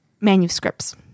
manuscripts